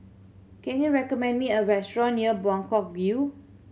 can you recommend me a restaurant near Buangkok View